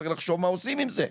צריך לחשוב מה עושים עם זה.